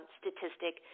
statistic